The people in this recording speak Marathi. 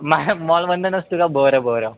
मा मॉल बंद नसतो का बरं बरं